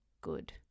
good